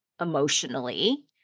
emotionally